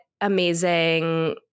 amazing